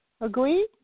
Agreed